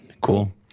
Cool